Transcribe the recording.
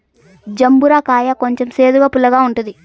జంబూర కాయ కొంచెం సేదుగా, పుల్లగా ఉంటుంది